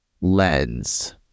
lens